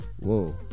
Whoa